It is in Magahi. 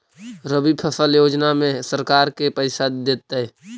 रबि फसल योजना में सरकार के पैसा देतै?